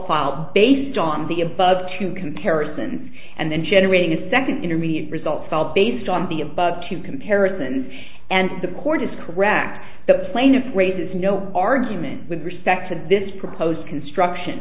file based on the above two comparisons and then generating a second intermediate results all based on the above two comparisons and the court is correct the plaintiff raises no argument with respect to this proposed construction